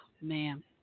man